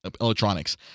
electronics